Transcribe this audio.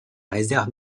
réserve